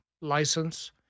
license